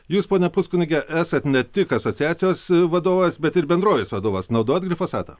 jūs pone puskunigi esat ne tik asociacijos vadovas bet ir bendrovės vadovas naudojat glofosatą